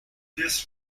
this